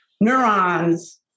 neurons